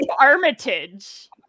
armitage